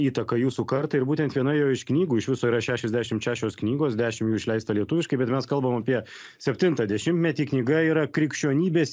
įtaka jūsų kartai ir būtent viena jo iš knygų iš viso yra šešiasdešimt šešios knygos dešimt jų išleista lietuviškai bet mes kalbam apie septintą dešimtmetį knyga yra krikščionybės